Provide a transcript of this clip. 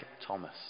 Thomas